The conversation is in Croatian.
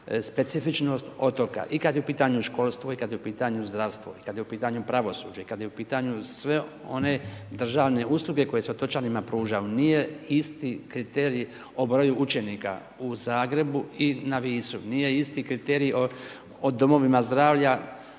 specifičnost otoka i kad je u pitanju školstvu i kad je u pitanju zdravstvo i kad je u pitanju pravosuđe i kad je u pitanju sve one državne usluge koje se otočanima pružaju. Nije isti kriterij o broju učenika u Zagrebu i na Visu. Nije isti kriterij o domovima zdravlja